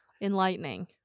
enlightening